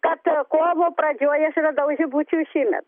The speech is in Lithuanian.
kad kovo pradžioj aš radau žibučių šįmet